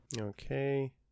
Okay